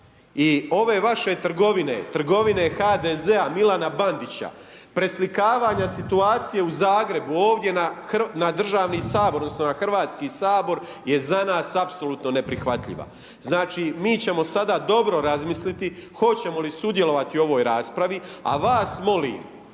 i ove vaše trgovine, trgovine HDZ-a, Milana Bandića, preslikavanje situacije u Zagrebu ovdje na državni sabor odnosno na Hrvatski sabor je za nas apsolutno neprihvatljiva. Znači mi ćemo sada dobro razmisliti hoćemo li sudjelovati u ovoj raspravi, a vas molim